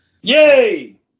Yay